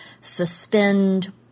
suspend